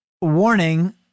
warning